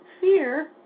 fear